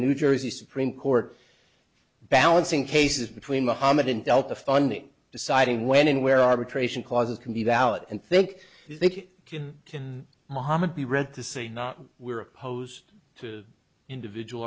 new jersey supreme court balancing cases between muhammad and delta funding deciding when and where arbitration clauses can be valid and think they can mohamed be read to say not we're opposed to individual